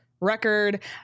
record